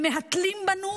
הם מהתלים בנו,